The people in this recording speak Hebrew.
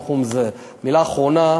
המכונה,